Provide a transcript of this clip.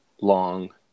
long